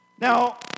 Now